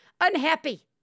unhappy